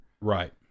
Right